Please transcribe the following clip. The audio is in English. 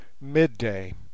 MIDDAY